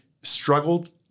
struggled